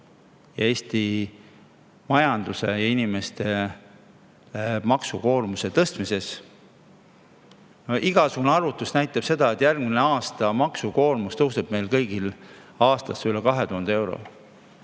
Eesti majanduse ja inimeste maksukoormuse tõstmises? Igasugune arvutus näitab seda, et järgmine aasta tõuseb meil kõigil maksukoormus aastas üle 2000 euro.